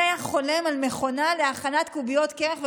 מי היה חולם על מכונה להכנת קוביות קרח?